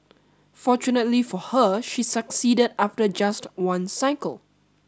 fortunately for her she succeeded after just one cycle